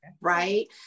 right